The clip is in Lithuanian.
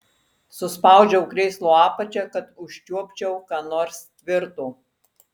suspaudžiau krėslo apačią kad užčiuopčiau ką nors tvirto